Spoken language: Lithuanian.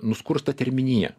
nuskursta terminija